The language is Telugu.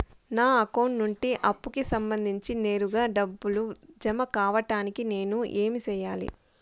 నా అకౌంట్ నుండి అప్పుకి సంబంధించి నేరుగా డబ్బులు జామ కావడానికి నేను ఏమి సెయ్యాలి?